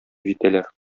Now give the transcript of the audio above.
җитәләр